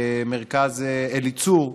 מרכז אליצור.